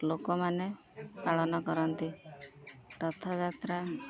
ଲୋକମାନେ ପାଳନ କରନ୍ତି ରଥଯାତ୍ରା